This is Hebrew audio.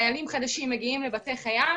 חיילים חדשים מגיעים לבתי חייל